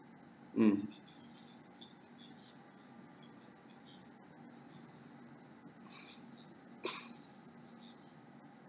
mm